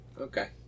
Okay